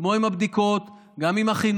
כמו עם הבדיקות, כך גם עם החינוך.